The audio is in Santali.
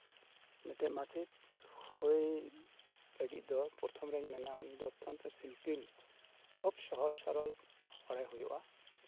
ᱢᱤᱫᱴᱮᱱ ᱢᱟᱪᱮᱫ ᱦᱩᱭ ᱞᱟᱹᱜᱤᱫ ᱫᱚ ᱯᱨᱚᱛᱷᱚᱢ ᱨᱤᱧ ᱢᱮᱱᱟ ᱟᱢ ᱫᱚ ᱥᱤᱢᱯᱤᱞ ᱠᱷᱩᱵ ᱥᱚᱦᱚᱡ ᱥᱚᱨᱚᱞ ᱦᱚᱲᱮ ᱦᱩᱭᱩᱜᱼᱟ